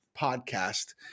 podcast